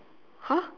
!huh!